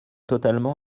totalement